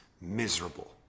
miserable